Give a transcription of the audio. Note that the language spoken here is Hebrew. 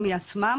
או מעצמם,